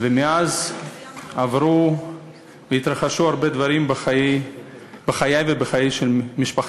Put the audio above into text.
ומאז עברו והתרחשו הרבה דברים בחיי ובחיי משפחתי.